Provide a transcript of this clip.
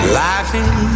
laughing